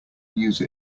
use